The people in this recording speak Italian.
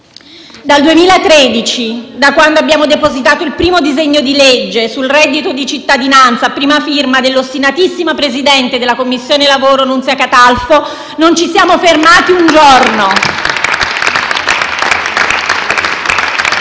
Dal 2013, da quando abbiamo depositato il primo disegno di legge sul reddito di cittadinanza a prima firma dell'ostinatissima presidente della Commissione lavoro Nunzia Catalfo, non ci siamo fermati un giorno. *(Applausi